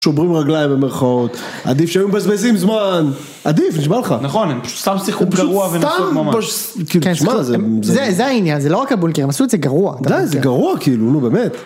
שוברים רגליים במרכאות, עדיף שיהיו מבזבזים זמן, עדיף נשבע לך. נכון, הם פשוט סתם שיחקו גרוע ממש. זה, זה העניין, זה לא רק הבונקר, הם עשו את זה גרוע. זה גרוע כאילו, נו באמת.